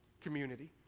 community